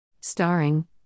Starring